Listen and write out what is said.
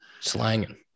Slanging